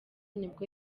nibwo